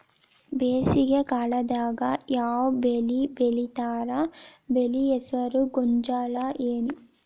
ಬೇಸಿಗೆ ಕಾಲದಾಗ ಯಾವ್ ಬೆಳಿ ಬೆಳಿತಾರ, ಬೆಳಿ ಹೆಸರು ಗೋಂಜಾಳ ಏನ್?